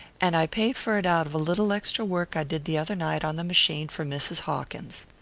and i paid for it out of a little extra work i did the other night on the machine for mrs. hawkins.